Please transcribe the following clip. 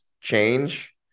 change